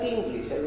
English